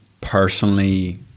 personally